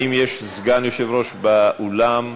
האם יש סגן יושב-ראש באולם?